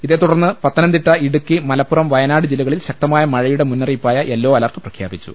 ഇതെ തുടർന്ന് പത്തനം തിട്ട ഇടുക്കി മലപ്പുറംവയനാട് ജില്ലകളിൽ ശക്തമായ മഴയുടെ മുന്നറിയി പ്പായ യെല്ലോ അലർട്ട് പ്രഖ്യാപിച്ചു